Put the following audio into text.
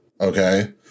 Okay